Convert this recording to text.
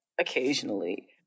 occasionally